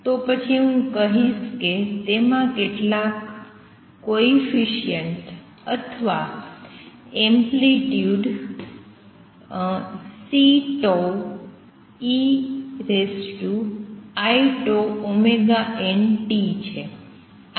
તો પછી હું કહીશ કે તેમાં કેટલાક કોએફિસિએંટ અથવા એમ્પ્લિટ્યુડ Ceiτnt છે